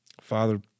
Father